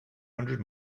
hundred